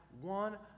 one